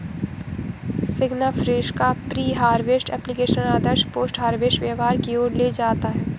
सिग्नाफ्रेश का pre harvest application आदर्श post harvest व्यवहार की ओर ले जाता है